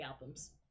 albums